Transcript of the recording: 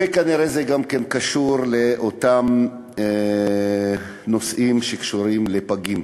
וכנראה זה גם קשור לאותם נושאים שקשורים לפגים.